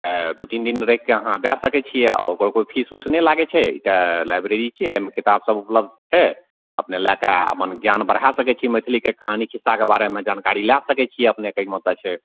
दू तीन दिन राखि कऽ अहाँ दए सकय छियै ओकर कोइ फीस उस नहि लागय छै ई लाइब्रेरी छै अइमे किताब सब उपलब्ध छै अपने लए कऽ अपन ज्ञान बढ़ा सकय छियै मैथिलीके कहानी खिस्साके बारेमे जानकारी लए सकय छियै अपने कहयके मतलब छै